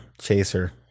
chaser